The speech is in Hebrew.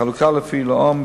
בחלוקה לפי לאום,